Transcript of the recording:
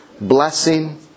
blessing